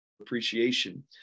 appreciation